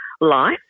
life